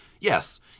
yes